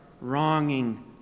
wronging